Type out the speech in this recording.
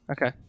Okay